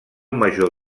major